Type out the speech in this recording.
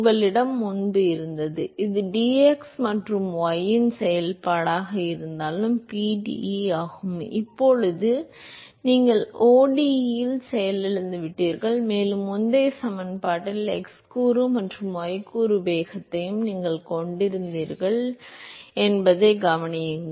உங்களிடம் முன்பு இருந்தது இது x மற்றும் y இன் செயல்பாடாக இருந்த pde ஆகும் இப்போது நீங்கள் ODE இல் செயலிழந்துவிட்டீர்கள் மேலும் முந்தைய சமன்பாட்டில் x கூறு மற்றும் y கூறு வேகத்தையும் நீங்கள் கொண்டிருந்தீர்கள் என்பதைக் கவனியுங்கள்